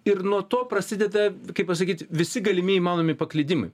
ir nuo to prasideda kaip pasakyt visi galimi įmanomi paklydimai